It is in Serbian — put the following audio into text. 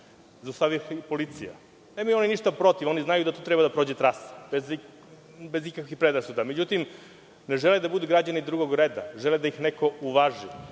zaustavila je policija. Nemaju oni ništa protiv, oni znaju da tu treba da prođe trasa, bez ikakvih predrasuda. Međutim, ne žele da budu građani drugog reda, žele da ih neko uvaži.